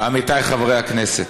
עמיתי חברי הכנסת,